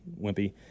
wimpy